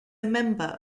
member